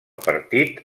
partit